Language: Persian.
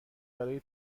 برای